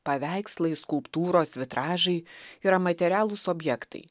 paveikslai skulptūros vitražai yra materialūs objektai